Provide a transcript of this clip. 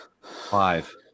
Five